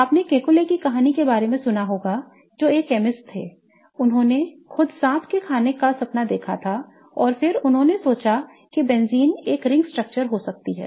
आपने केकुले की कहानी के बारे में सुना होगा जो एक केमिस्ट थे जिन्होंने खुद सांप खाने के बारे में सपना देखा था और फिर उन्होंने सोचा कि बेंजीन एक ring structure हो सकती है